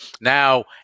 Now